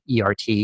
ERT